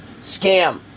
scam